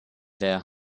their